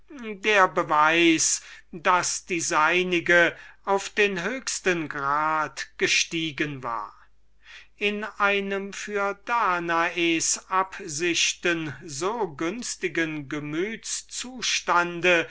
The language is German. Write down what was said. der beweis daß die seinige auf den höchsten grad gestiegen war in einem für die absichten der danae so günstigen